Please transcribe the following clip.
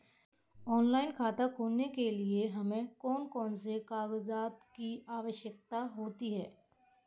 Online खाता खोलने के लिए हमें कौन कौन से कागजात की आवश्यकता होती है?